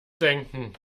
denken